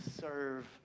serve